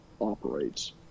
operates